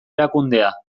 erakundea